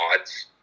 odds